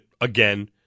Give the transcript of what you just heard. again